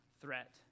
threat